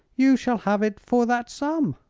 you shall have it for that sum.